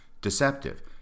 deceptive